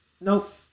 Nope